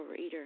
overeater